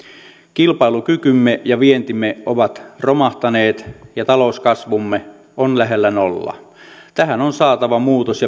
kilpailukykymme ja vientimme ovat romahtaneet ja talouskasvumme on lähellä nollaa tähän on saatava muutos